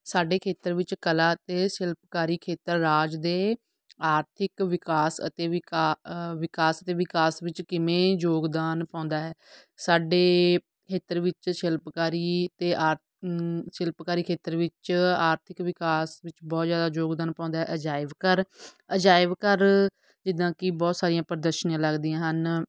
ਸਾਡੇ ਖੇਤਰ ਵਿੱਚ ਕਲਾ ਅਤੇ ਸ਼ਿਲਪਕਾਰੀ ਖੇਤਰ ਰਾਜ ਦੇ ਆਰਥਿਕ ਵਿਕਾਸ ਅਤੇ ਵਿਕਾ ਵਿਕਾਸ ਦੇ ਵਿਕਾਸ ਵਿੱਚ ਕਿਵੇਂ ਯੋਗਦਾਨ ਪਾਉਂਦਾ ਹੈ ਸਾਡੇ ਖੇਤਰ ਵਿੱਚ ਸ਼ਿਲਪਕਾਰੀ ਅਤੇ ਆਰ ਸ਼ਿਲਪਕਾਰੀ ਖੇਤਰ ਵਿੱਚ ਆਰਥਿਕ ਵਿਕਾਸ ਵਿੱਚ ਬਹੁਤ ਜ਼ਿਆਦਾ ਯੋਗਦਾਨ ਪਾਉਂਦਾ ਹੈ ਅਜਾਇਬ ਘਰ ਅਜਾਇਬ ਘਰ ਜਿੱਦਾਂ ਕਿ ਬਹੁਤ ਸਾਰੀਆਂ ਪ੍ਰਦਰਸ਼ਨੀਆਂ ਲੱਗਦੀਆਂ ਹਨ